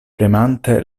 premante